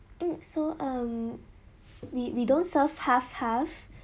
mm so um we we don't serve half half